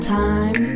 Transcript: time